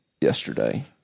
yesterday